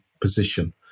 position